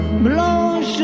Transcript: Blanche